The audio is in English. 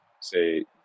say